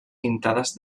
pintades